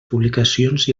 publicacions